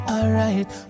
Alright